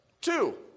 Two